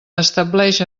estableix